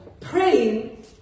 praying